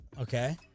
Okay